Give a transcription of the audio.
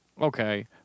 Okay